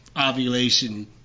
ovulation